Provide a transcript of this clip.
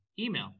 email